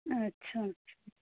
अच्छा अच्छा